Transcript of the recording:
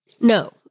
no